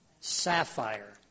sapphire